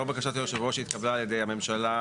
לאור בקשת יושב הראש שהתקבלה על ידי הממשלה,